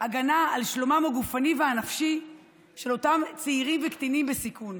הגנה על שלומם הגופני והנפשי של אותם צעירים וקטינים בסיכון.